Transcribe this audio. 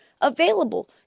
available